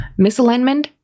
misalignment